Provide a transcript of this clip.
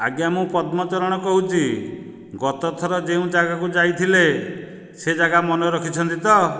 ଆଜ୍ଞା ମୁଁ ପଦ୍ମଚରଣ କହୁଛି ଗତଥର ଯେଉଁ ଜାଗାକୁ ଯାଇଥିଲେ ସେ ଜାଗା ମନେ ରଖିଛନ୍ତି ତ